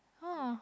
oh